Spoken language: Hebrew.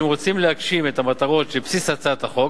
אם רוצים להגשים את המטרות שבבסיס הצעת החוק,